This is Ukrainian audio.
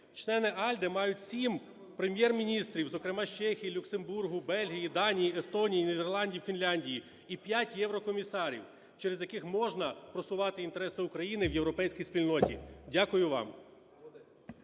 Члени АЛДЄ мають сім прем’єр-міністрів, зокрема з Чехії, Люксембургу, Бельгії, Данії, Естонії, Нідерландів, Фінляндії, і п'ять єврокомісарів, через яких можна просувати інтереси України в європейській спільноті. Дякую вам.